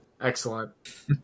Excellent